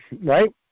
right